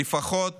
ולפחות